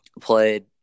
Played